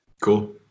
cool